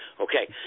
Okay